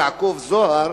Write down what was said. יעקב זוהר,